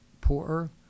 poorer